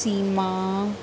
सीमा